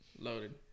loaded